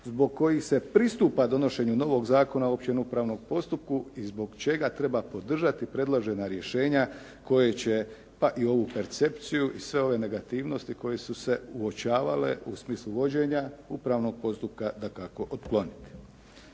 zbog kojih se pristupa donošenju novog Zakona o opće upravnom postupku i zbog čega treba podržati predložena rješenja koje će pa i ovu percepciju i sve ove negativnosti koje su se uočavale u smislu vođenja upravnog postupka dakako otkloniti.